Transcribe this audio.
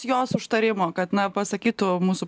jos užtarimo kad na pasakytų mūsų